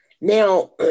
Now